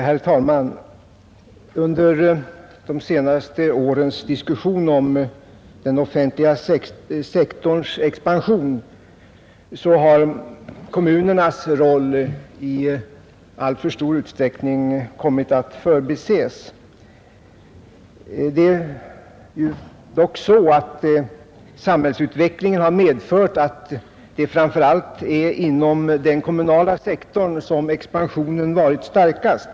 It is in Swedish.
Herr talman! Under de senaste årens diskussion om den offentliga sektorns expansion har kommunernas roll i alltför stor utsträckning kommit att förbises, Det är dock så att samhällsutvecklingen har medfört att det framför allt är inom den kommunala sektorn som expansionen varit starkast.